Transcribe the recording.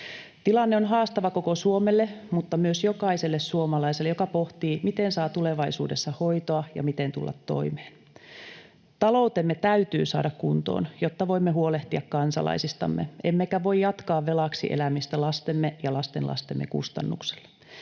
Tilanne on haastava koko Suomelle mutta myös jokaiselle suomalaiselle, joka pohtii, miten saa tulevaisuudessa hoitoa ja miten tulla toimeen. Taloutemme täytyy saada kuntoon, jotta voimme huolehtia kansalaisistamme, emmekä voi jatkaa velaksi elämistä lastemme ja lastenlastemme kustannuksella.